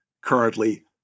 currently